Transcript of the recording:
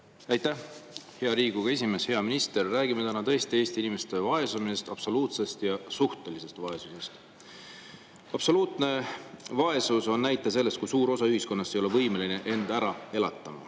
hea Riigikogu esimees! Hea minister! Räägime täna tõesti Eesti inimeste vaesumisest, absoluutsest ja suhtelisest vaesusest. Absoluutne vaesus näitab, kui suur osa ühiskonnast ei ole võimeline end ära elatama.